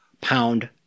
pound